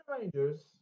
Rangers